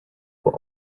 for